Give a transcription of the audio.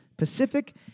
Pacific